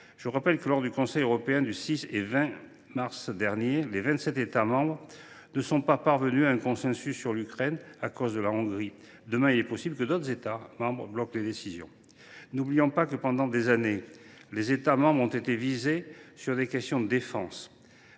Je rappelle que lors des Conseils européens des 6 et 20 mars dernier, les vingt sept États membres ne sont pas parvenus à un consensus sur l’Ukraine à cause de la Hongrie. Demain, il est possible que d’autres États membres bloquent les décisions. N’oublions pas que pendant des années, les États membres se sont divisés sur les questions de défense,